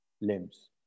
limbs